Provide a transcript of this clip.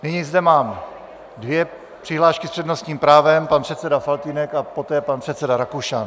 Nyní zde mám dvě přihlášky s přednostním právem, pan předseda Faltýnek a poté pan předseda Rakušan.